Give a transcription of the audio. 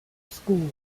school